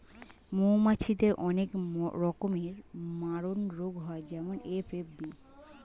মৌমাছিদের অনেক রকমের মারণরোগ হয় যেমন এ.এফ.বি